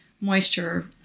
moisture